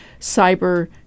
cyber